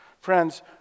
friends